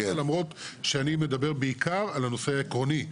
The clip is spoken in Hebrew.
למרות שאני מדבר בעיקר על הנושא העקרוני.